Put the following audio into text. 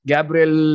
Gabriel